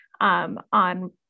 on